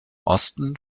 osten